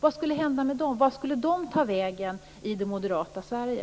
Vad skulle hända med dem? Vart skulle de ta vägen i det moderata Sverige?